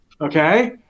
Okay